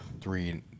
three